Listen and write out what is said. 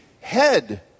head